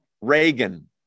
Reagan